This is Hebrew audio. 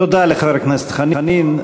תודה לחבר הכנסת חנין.